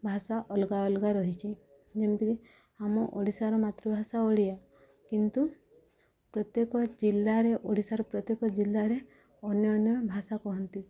ଭାଷା ଅଲଗା ଅଲଗା ରହିଛି ଯେମିତିକି ଆମ ଓଡ଼ିଶାର ମାତୃଭାଷା ଓଡ଼ିଆ କିନ୍ତୁ ପ୍ରତ୍ୟେକ ଜିଲ୍ଲାରେ ଓଡ଼ିଶାର ପ୍ରତ୍ୟେକ ଜିଲ୍ଲାରେ ଅନ୍ୟ ଅନ୍ୟ ଭାଷା କୁହନ୍ତି